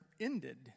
ended